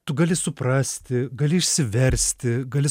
tu gali suprasti gali išsiversti gali